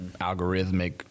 algorithmic